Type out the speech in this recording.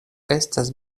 estas